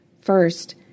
First